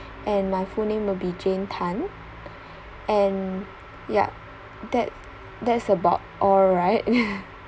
and my full name will be jane tan and yup that that's about all right